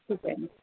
ठीक आहे